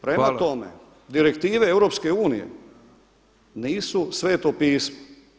Prema tome, direktive EU nisu sveto pismo.